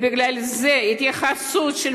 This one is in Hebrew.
ובגלל זה ההתייחסות של